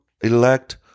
elect